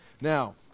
Now